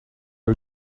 you